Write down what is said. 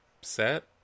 set